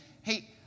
hey